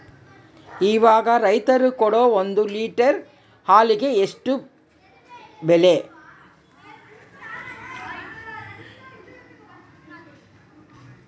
ಇವಾಗ ರೈತರು ಕೊಡೊ ಒಂದು ಲೇಟರ್ ಹಾಲಿಗೆ ಬೆಲೆ ಎಷ್ಟು?